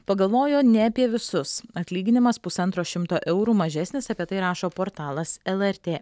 pagalvojo ne apie visus atlyginimas pusantro šimto eurų mažesnis apie tai rašo portalas lrt